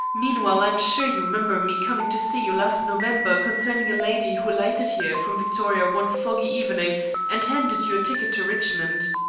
meanwhile i am sure you remember me coming to see you last november concerning a lady who alighted here from victoria one foggy evening and handed you a ticket to richmond?